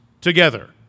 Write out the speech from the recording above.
together